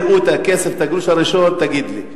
כשיראו את הכסף, את הגרוש הראשון, תגיד לי.